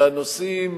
והנושאים